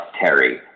Terry